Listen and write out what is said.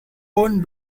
one